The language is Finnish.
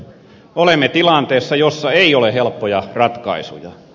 olemme tilanteessa jossa ei ole helppoja ratkaisuja